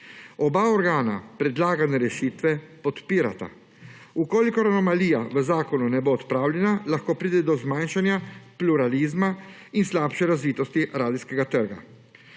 Oba organa predlagane rešitve podpirata. V kolikor anomalija v zakonu ne bo odpravljena, lahko pride do zmanjšanja pluralizma in slabše razvitosti radijskega trga.